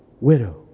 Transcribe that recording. widow